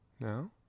No